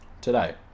Today